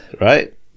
right